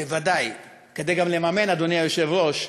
בוודאי, כדי גם לממן, אדוני היושב-ראש,